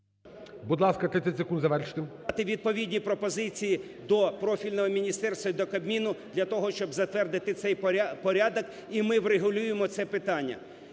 будь ласка, 30 секунд завершити.